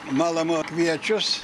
malama kviečius